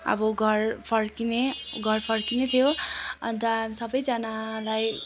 अब घर फर्किने घर फर्किने थियो अन्त हामी सबैजनालाई